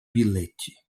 bilhete